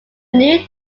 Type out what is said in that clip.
new